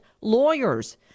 lawyers